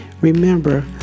Remember